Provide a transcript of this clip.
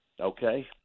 okay